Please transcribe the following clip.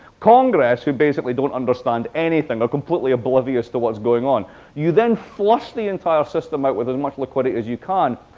congress, who basically don't understand anything, are completely oblivious to what's going on you then flush the entire system out with as much liquidity as you can,